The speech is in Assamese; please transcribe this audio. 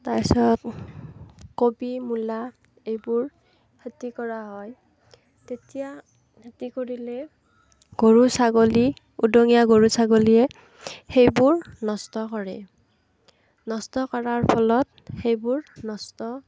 তাৰ পিছত কবি মূলা এইবোৰ খেতি কৰা হয় তেতিয়া খেতি কৰিলে গৰু ছাগলী উদঙীয়া গৰু ছাগলীয়ে সেইবোৰ নষ্ট কৰে নষ্ট কৰাৰ ফলত সেইবোৰ নষ্ট